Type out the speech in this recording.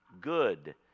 good